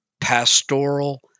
pastoral